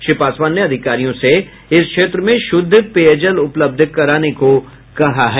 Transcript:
श्री पासवान ने अधिकारियों से इस क्षेत्र में शुद्ध पेयजल उपलब्ध कराने को कहा है